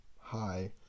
hi